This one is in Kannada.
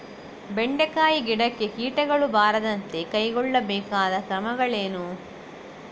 ಬೆಂಡೆಕಾಯಿ ಗಿಡಕ್ಕೆ ಕೀಟಗಳು ಬಾರದಂತೆ ಕೈಗೊಳ್ಳಬೇಕಾದ ಕ್ರಮಗಳೇನು?